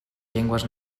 llengües